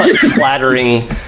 flattering